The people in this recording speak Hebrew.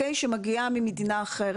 לא.